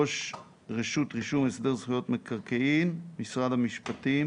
ראש רשות רישום הסדר מקרקעין במשרד המשפטים.